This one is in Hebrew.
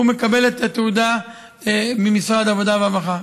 הוא מקבל את התעודה ממשרד העבודה והרווחה.